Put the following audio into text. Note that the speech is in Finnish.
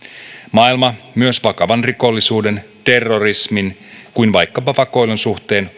maailma on ratkaisevasti muuttunut myös vakavan rikollisuuden terrorismin tai vaikkapa vakoilun suhteen